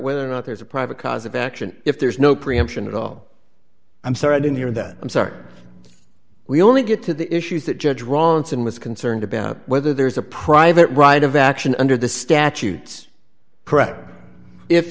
whether or not there's a private cause of action if there's no preemption at all i'm sorry i didn't hear that i'm sorry we only get to the issues that judge rants and was concerned about whether there's a private right of action under the statutes correct if